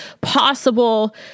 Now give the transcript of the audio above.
possible